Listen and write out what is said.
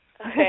Okay